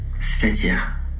C'est-à-dire